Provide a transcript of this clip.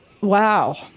wow